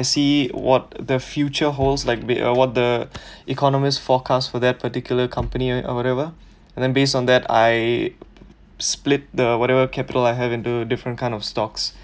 I see what the future holds like be uh what the economists forecast for their particular company or whatever and then based on that I split the whatever capital I have and do different kind of stocks